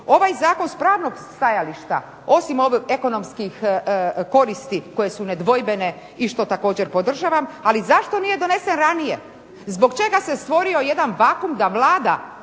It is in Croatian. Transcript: Ovaj zakon s pravnog stajališta, osim ovih ekonomskih koristi koje su nedvojbene i što također podržavam, ali zašto nije donesen ranije? Zbog čega se stvorio jedan vakuum da Vlada